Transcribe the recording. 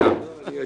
אפילו אותה מילה